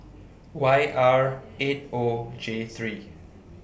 Y R eight O J three